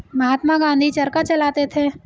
महात्मा गांधी चरखा चलाते थे